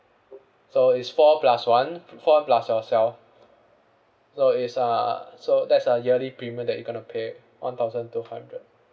so it's four plus one f~ four plus yourself so is uh so that's the yearly premium that you going to pay one thousand two hundred